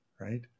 right